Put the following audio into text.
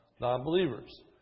non-believers